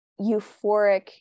euphoric